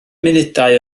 munudau